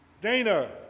Dana